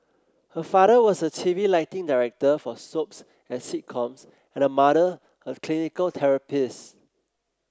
her father was a TV lighting director for soaps and sitcoms and her mother a clinical therapist